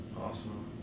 Awesome